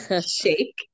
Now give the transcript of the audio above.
Shake